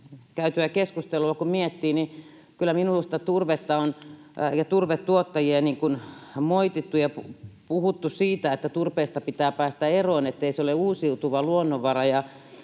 käytyä keskustelua miettii, niin kyllä minusta turvetta ja turvetuottajia on moitittu ja puhuttu, että turpeesta pitää päästä eroon ja ettei se ole uusiutuva luonnonvara,